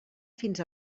fins